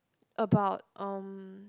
about um